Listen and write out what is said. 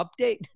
update